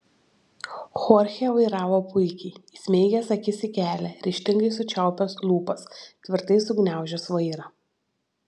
chorchė vairavo puikiai įsmeigęs akis į kelią ryžtingai sučiaupęs lūpas tvirtai sugniaužęs vairą